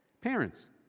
Parents